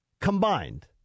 combined